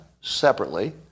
separately